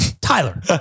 Tyler